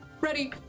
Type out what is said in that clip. ready